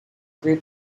grew